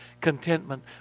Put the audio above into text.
contentment